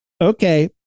okay